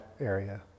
area